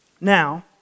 Now